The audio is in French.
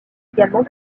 également